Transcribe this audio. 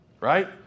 right